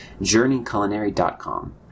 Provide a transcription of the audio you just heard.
journeyculinary.com